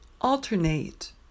Alternate